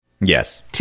Yes